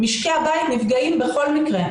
משקי הבית נפגעים בכל מקרה,